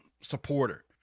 supporter